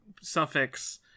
suffix